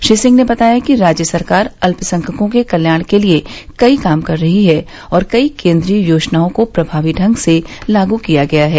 श्री सिंह ने बताया कि राज्य सरकार अत्यसंख्यकों के कल्याण के लिये कई काम कर रही है और कई केन्द्रीय योजनाओं को प्रमावी ढंग से लागू किया गया है